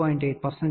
8 శాతం